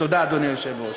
תודה, אדוני היושב-ראש.